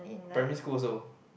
primary school also